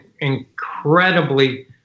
incredibly